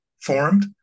formed